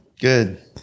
good